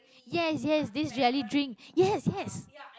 yes yes this jelly drink yes yes